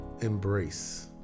embrace